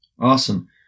Awesome